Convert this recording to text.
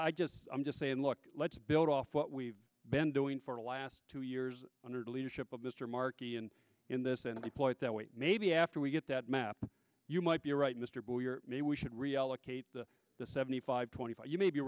i just i'm just saying look let's build off what we've been doing for the last two years under the leadership of mr markey and in this and i point that way maybe after we get that map you might be right mr mayor we should reallocate the seventy five twenty four you may be